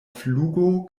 flugo